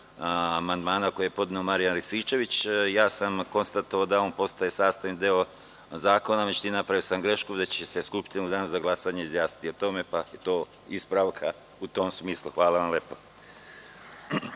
amandman koji je podneo Marijan Rističević, ja sam konstatovao da on postaje sastavni deo zakona, međutim, napravio sam grešku gde će se Skupština u danu za glasanje izjasniti o tome, pa je to ispravka u tom smislu. Hvala. Na član